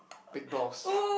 big balls